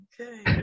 Okay